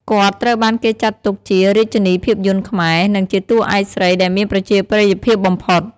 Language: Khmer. គាត់ត្រូវបានគេចាត់ទុកជា "រាជនីភាពយន្តខ្មែរ" និងជាតួឯកស្រីដែលមានប្រជាប្រិយភាពបំផុត។